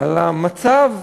על המצב,